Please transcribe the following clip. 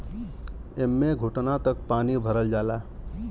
एम्मे घुटना तक पानी भरल जाला